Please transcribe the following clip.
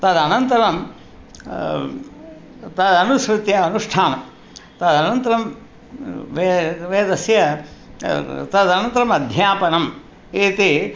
तदनन्तरं तदनुसृत्य अनुष्ठानं तदनन्तरं वे वेदस्य तदनन्तरम् अध्यापनम् एते